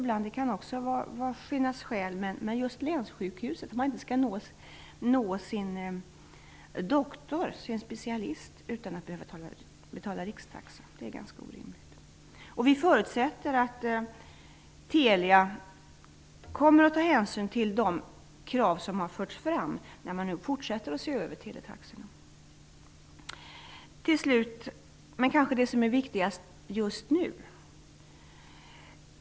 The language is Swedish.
Men att man inte kan ringa länssjukhuset och nå sin doktor, sin specialist, utan att betala rikstaxa är ganska orimligt. Vi förutsätter att Telia kommer att ta hänsyn till de krav som har förts fram. Slutligen till det som kanske är viktigast just nu.